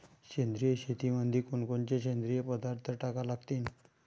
सेंद्रिय शेतीमंदी कोनकोनचे सेंद्रिय पदार्थ टाका लागतीन?